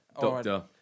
Doctor